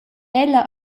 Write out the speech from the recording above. ella